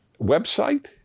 website